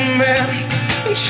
man